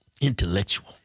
Intellectual